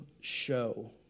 show